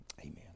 Amen